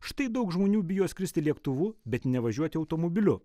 štai daug žmonių bijo skristi lėktuvu bet nevažiuoti automobiliu